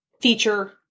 feature